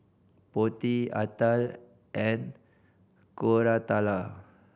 Potti Atal and Koratala